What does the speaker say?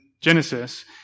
Genesis